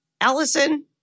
Allison